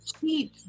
cheap